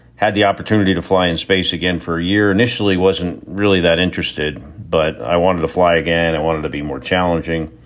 had the opportunity to fly in space again for a year, initially wasn't really that interested. but i wanted to fly again. i wanted to be more challenging.